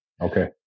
Okay